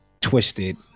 twisted